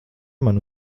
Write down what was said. man